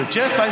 Jeff